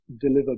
deliver